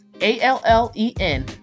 A-L-L-E-N